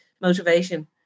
motivation